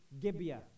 Gibeah